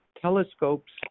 telescopes